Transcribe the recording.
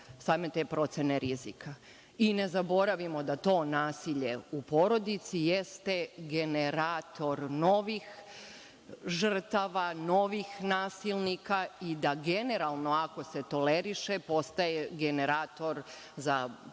same te procene rizika. I ne zaboravimo da to nasilje u porodici jeste generator novih žrtava, novih nasilnika i da generalno ako se toleriše postaje generator za